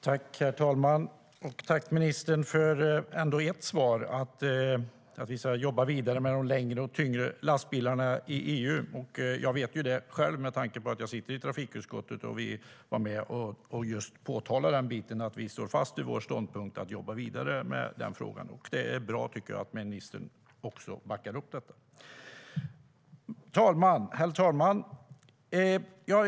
Herr talman! Tack, ministern för åtminstone ett svar, att vi ska jobba vidare med de längre och tyngre lastbilarna i EU. Jag vet det själv, med tanke på att jag sitter i trafikutskottet och vi var med och påtalade att vi står fast vid vår ståndpunkt att jobba vidare med den frågan. Jag tycker att det är bra att ministern också backar upp det. Herr talman!